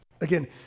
Again